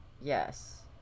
yes